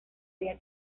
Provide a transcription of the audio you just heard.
haría